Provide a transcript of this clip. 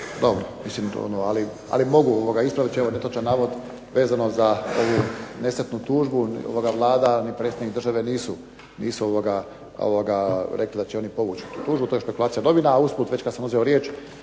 ali mogu ispraviti evo netočan navod vezano za ovu nesretnu tužbu. Vlada ni predsjednik države nisu rekli da će oni povući tu tužbu, to je špekulacija novina, a usput već kad sam uzeo riječ